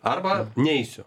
arba neisiu